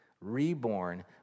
reborn